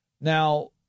Now